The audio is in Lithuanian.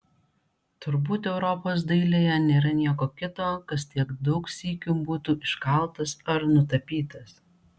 turbūt europos dailėje nėra nieko kito kas tiek daug sykių būtų iškaltas ar nutapytas